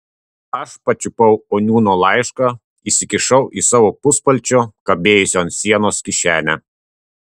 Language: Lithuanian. aš pačiupau oniūno laišką įsikišau į savo puspalčio kabėjusio ant sienos kišenę